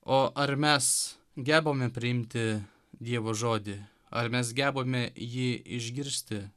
o ar mes gebame priimti dievo žodį ar mes gebame jį išgirsti